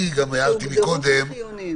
שהוגדרו כחיוניים".